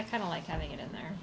kind of like having it in there